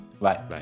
Bye